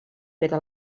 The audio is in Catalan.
pere